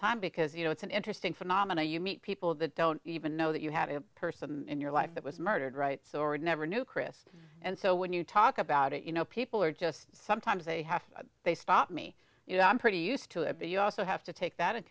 time because you know it's an interesting phenomena you meet people that don't even know that you had a person in your life that was murdered rights or never knew chris and so when you talk about it you know people are just sometimes they have to they stop me you know i'm pretty used to it you also have to take that into